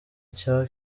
cya